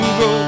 go